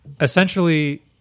Essentially